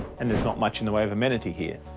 and there's not much in the way of amenity here.